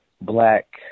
black